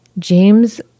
james